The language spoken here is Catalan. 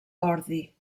ordi